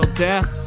death